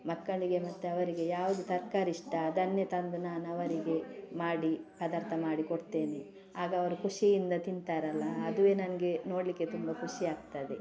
ಮಕ್ಕಳಿಗೆ ಮತ್ತೆ ಅವರಿಗೆ ಯಾವುದು ತರಕಾರಿ ಇಷ್ಟ ಅದನ್ನೇ ತಂದು ನಾನು ಅವರಿಗೆ ಮಾಡಿ ಪದಾರ್ಥ ಮಾಡಿ ಕೊಡ್ತೇನೆ ಆಗ ಅವರು ಖುಷಿಯಿಂದ ತಿಂತಾರಲ್ಲ ಅದುವೇ ನನಗೆ ನೋಡಲಿಕ್ಕೆ ತುಂಬ ಖುಷಿಯಾಗ್ತದೆ